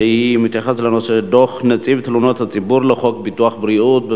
שמתייחסת לדוח נציב תלונות הציבור לחוק ביטוח בריאות ממלכתי.